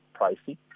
pricey